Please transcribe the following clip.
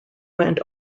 went